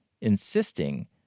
insisting